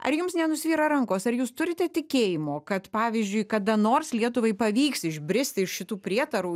ar jums nenusvyra rankos ar jūs turite tikėjimo kad pavyzdžiui kada nors lietuvai pavyks išbristi iš šitų prietarų